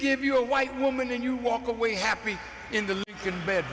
give you a white woman and you walk away happy in the bed